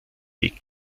weg